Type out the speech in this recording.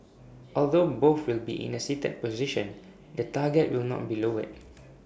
although both will be in A seated position the target will not be lowered